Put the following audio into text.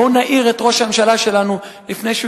בואו נעיר את ראש הממשלה שלנו לפני שהוא